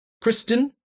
Kristen